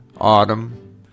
Autumn